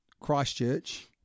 Christchurch